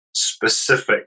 Specific